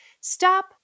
stop